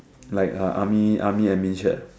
like uh army army admin shirt ah